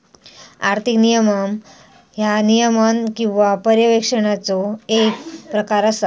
आर्थिक नियमन ह्या नियमन किंवा पर्यवेक्षणाचो येक प्रकार असा